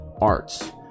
Arts